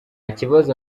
kibazo